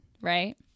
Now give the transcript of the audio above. right